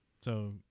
So-